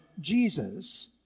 Jesus